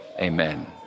Amen